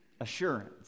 assurance